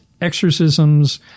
exorcisms